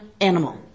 animal